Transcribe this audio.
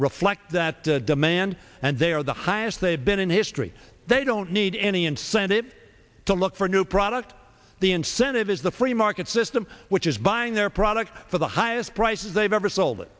reflect that demand and they are the highest they've been in history they don't need any incentive to look for a new product the incentive is the free market system which is buying their products for the highest prices they've ever sold it